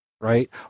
right